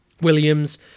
Williams